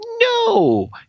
No